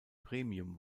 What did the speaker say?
premium